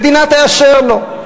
המדינה תאשר לו,